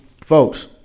folks